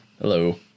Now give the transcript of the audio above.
Hello